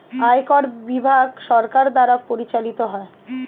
আয়কর বিভাগ সরকার দ্বারা পরিচালিত হয়